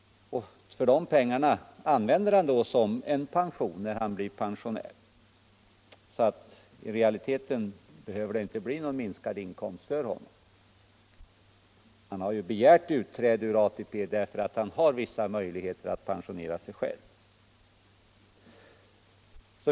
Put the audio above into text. Pengarna använder han då att pensionera sig för. I realiteten behöver det alltså inte bli någon minskad inkomst för honom. Han har begärt utträde ur ATP därför att han har vissa möjligheter att pensionera sig själv.